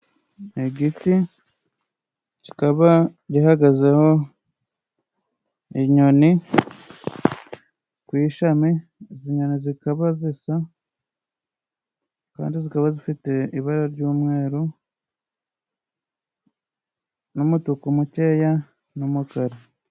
Igiti kikaba gihagazeho inyoni ,ku ishami izinyoni zikaba zisa kandi zikaba zifite ibara ry'umweru n'umutuku mukeya n'umukara.